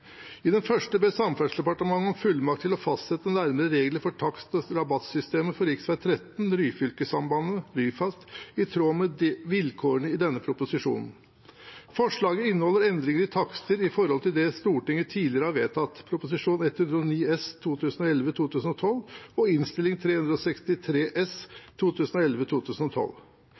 I den første ber Samferdselsdepartementet om fullmakt til å fastsette nærmere regler for takst- og rabattsystemet for rv. 13 Ryfylke-sambandet, Ryfast, i tråd med vilkårene i denne proposisjonen. Forslaget inneholder endringer av takster i forhold til det Stortinget tidligere har vedtatt – Prop. 109 S for 2011–2012 og Innst. 363 S